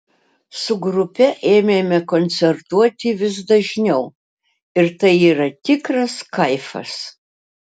su grupe ėmėme koncertuoti vis dažniau ir tai yra tikras kaifas